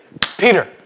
Peter